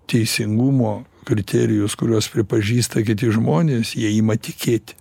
teisingumo kriterijus kuriuos pripažįsta kiti žmonės jie ima tikėti